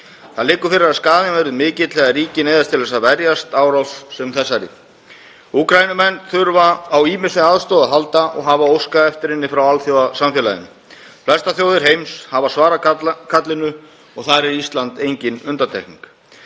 Það liggur fyrir að skaðinn verður mikill þegar ríki neyðast til að verjast árás sem þessari. Úkraínumenn þurfa á ýmissi aðstoð að halda og hafa óskað eftir henni frá alþjóðasamfélaginu. Flestar þjóðir heims hafa svarað kallinu og er Ísland þar engin undantekning.